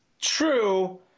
True